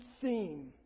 theme